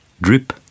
drip